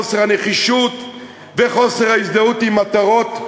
חוסר הנחישות וחוסר ההזדהות עם מטרות,